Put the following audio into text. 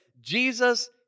Jesus